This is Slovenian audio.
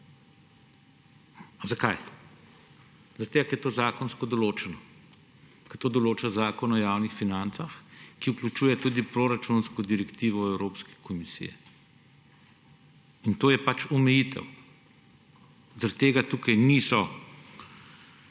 Zaradi tega ker je to zakonsko določeno, ker to določa Zakon o javnih financah, ki vključuje tudi proračunsko direktivo Evropske komisije. To je pač omejitev. Zaradi tega tukaj niso